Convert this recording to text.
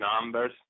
numbers